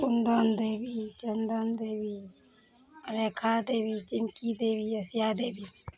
Kundan Devi Chandan Devi Rekha Devi Chimki Devi Asiya Devi